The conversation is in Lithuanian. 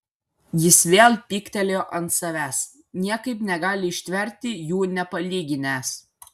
jis vėl pyktelėjo ant savęs niekaip negali ištverti jų nepalyginęs